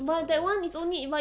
but that [one] is only but your